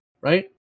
right